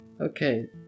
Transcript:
Okay